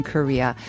Korea